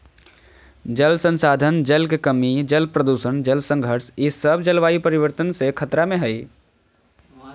जल संसाधन, जल के कमी, जल प्रदूषण, जल संघर्ष ई सब जलवायु परिवर्तन से खतरा में हइ